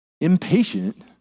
impatient